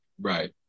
Right